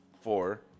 four